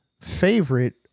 favorite